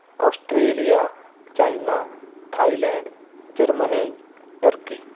Australia China Thailand Germany turkey